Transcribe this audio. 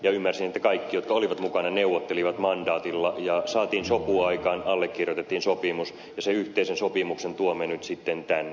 ymmärsin että kaikki jotka olivat mukana neuvottelivat mandaatilla ja saatiin sopu aikaan allekirjoitettiin sopimus ja sen yhteisen sopimuksen tuomme nyt sitten tänne